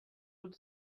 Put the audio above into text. would